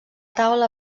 taula